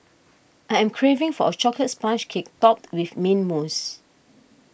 I am craving for a Chocolate Sponge Cake Topped with Mint Mousse